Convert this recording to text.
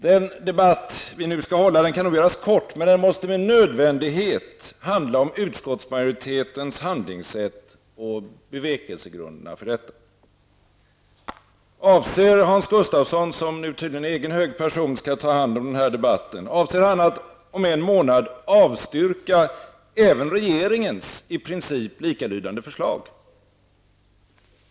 Den debatt vi nu skall föra kan nog göras kort, men den måste med nödvändighet handla om utskottsmajoritetens handlingssätt och bevekelsegrunderna för detta. Avser Hans Gustafsson, som nu tydligen i egen hög person skall ta hand om debatten, att om en månad avstyrka även regeringens i princip likalydande förslag?